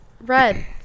red